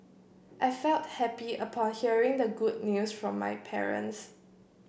I felt happy upon hearing the good news from my parents